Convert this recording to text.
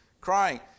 crying